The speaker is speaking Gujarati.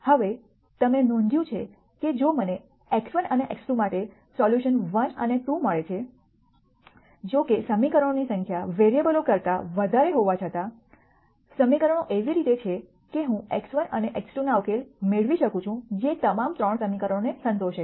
હવે તમે નોંધ્યું છે કે જો મને x1 અને x2માટે સોલ્યુશન 1 અને 2 મળે છે જોકે સમીકરણોની સંખ્યા વેરીએબલો કરતા વધારે હોવા છતાં સમીકરણો એવી રીતે છે કે હું x1 અને x2 ઉકેલ મેળવી શકું જે તમામ 3 સમીકરણોને સંતોષે છે